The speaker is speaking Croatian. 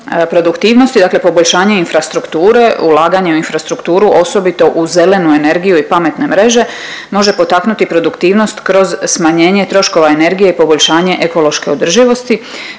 produktivnosti dakle poboljšanje infrastrukture, ulaganje u infrastrukturu osobito u zelenu energiju i pametne mreže, može potaknuti produktivnost kroz smanjenje troškova energije i poboljšanje ekološke održivosti.